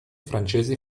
francesi